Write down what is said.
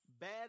bad